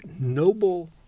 noble